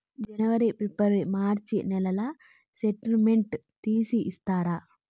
జనవరి, ఫిబ్రవరి, మార్చ్ నెలల స్టేట్మెంట్ తీసి ఇస్తారా?